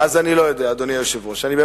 אז, אדוני היושב-ראש, אני לא יודע.